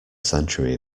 century